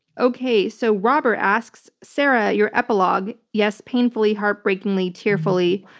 okay. so robert asks, sarah, your epilogue, yes, painfully, heartbreakingly, tearfully,